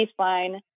baseline